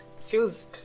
Feels